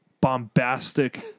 bombastic